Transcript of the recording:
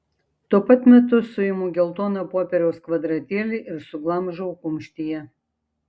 tuo pat metu suimu geltoną popieriaus kvadratėlį ir suglamžau kumštyje